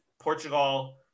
Portugal